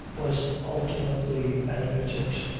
was ultimately admitted.